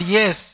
yes